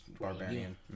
Barbarian